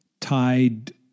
tied